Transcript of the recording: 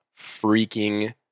freaking